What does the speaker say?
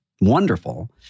wonderful